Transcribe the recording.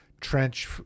trench